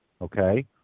okay